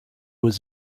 was